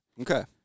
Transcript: Okay